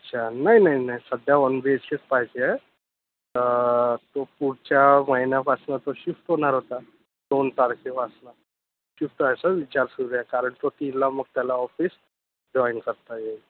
अच्छा नाही नाही नाही सध्या वन बी एच केच पाहिजे आहे तर तो पुढच्या महिन्यापासून तो शिफ्ट होणार होता दोन तारखेपासून शिफ्ट व्हायचं विचार सुरु आहे कारण तो तीनला मग त्याला ऑफिस जॉईन करता येईल